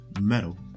metal